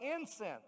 incense